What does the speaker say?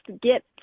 get